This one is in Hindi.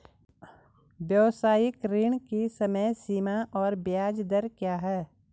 व्यावसायिक ऋण की समय सीमा और ब्याज दर क्या है?